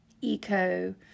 eco